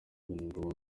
vuningoma